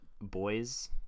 boys